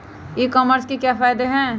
ई commerce के क्या फायदे हैं?